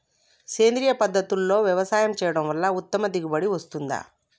సేంద్రీయ పద్ధతుల్లో వ్యవసాయం చేయడం వల్ల ఉత్తమ దిగుబడి వస్తుందా?